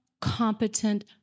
competent